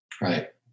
Right